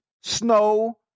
snow